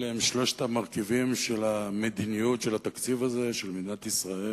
אלה שלושת המרכיבים של המדיניות של התקציב הזה של מדינת ישראל,